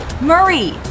murray